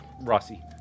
Rossi